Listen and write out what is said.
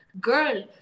girl